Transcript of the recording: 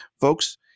Folks